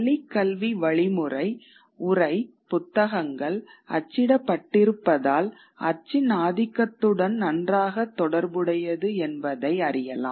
பள்ளிக்கல்வி வழிமுறை உரை புத்தகங்கள் அச்சிடப்பட்டிருப்பதால் அச்சின் ஆதிக்கத்துடன் நன்றாக தொடர்புடையது என்பதை அறியலாம்